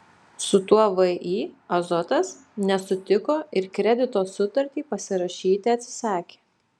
su tuo vį azotas nesutiko ir kredito sutartį pasirašyti atsisakė